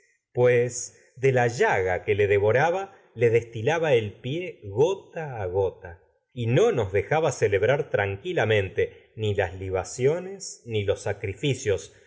pues la llaga y no que le devoraba le destilaba el pie gota a gota ni las nos dejaba celebrar tranquila sacrificios porque con sus el mente libaciones ni los